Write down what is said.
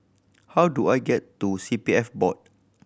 how do I get to C P F Board